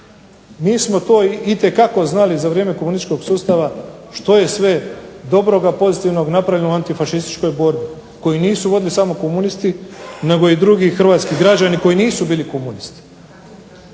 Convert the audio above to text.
mi smo to itekako znali za vrijeme komunističkog sustava što je sve dobroga, pozitivnog napravljeno u antifašističkoj borbi koju nisu vodili samo komunisti nego i drugi hrvatski građani koji nisu bili komunisti.